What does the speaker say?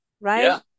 Right